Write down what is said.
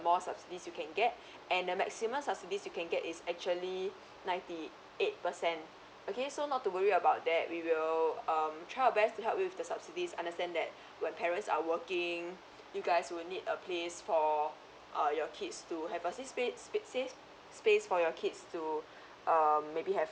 more subsidies you can get and the maximum subsidies you can get is actually ninety eight percent okay so not to worry about that we will um try our best to help you with the subsidies understand that when parents are working you guys will need a place for uh your kids to have a safe space safe space for your kids to um maybe have